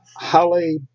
Halle